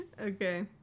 Okay